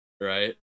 Right